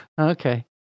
Okay